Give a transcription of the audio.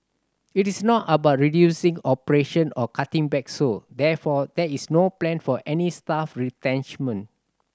it is not about reducing operation or cutting back so therefore there is no plan for any staff retrenchment